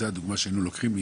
זאת הדוגמה שהיינו לוקחים"?